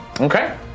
Okay